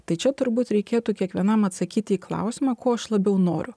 tai čia turbūt reikėtų kiekvienam atsakyti į klausimą ko aš labiau noriu